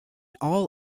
all